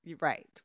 Right